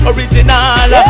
Original